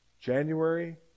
January